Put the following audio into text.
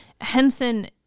Henson